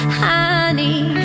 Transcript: honey